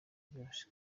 byose